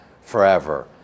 forever